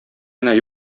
генә